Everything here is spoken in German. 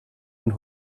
und